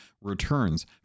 returns